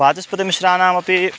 वाचस्पतिमिश्रानामपि